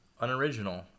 unoriginal